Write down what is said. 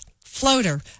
floater